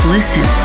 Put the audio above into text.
Listen